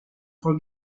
for